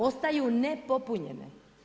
Ostaju nepopunjene.